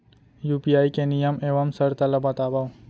UPI के नियम एवं शर्त ला बतावव